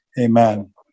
Amen